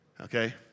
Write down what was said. Okay